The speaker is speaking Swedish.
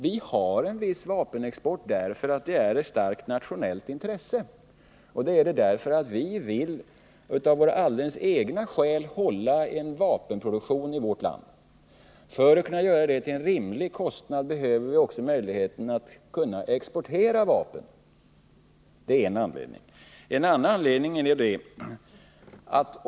Vi har en viss vapenexport därför att det är ett starkt nationellt intresse. Vi vill av våra alldeles egna skäl behålla en vapenproduktion i vårt land. För att kunna göra detta till en rimlig kostnad behöver vi ha möjligheter att exportera vapen. Det är en anledning.